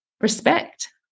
respect